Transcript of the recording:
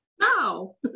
no